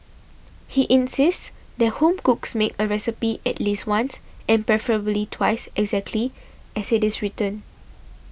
he insists that home cooks make a recipe at least once and preferably twice exactly as it is written